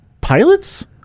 pilots